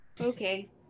Okay